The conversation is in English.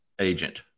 agent